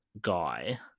guy